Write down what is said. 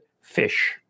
fish